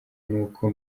n’uko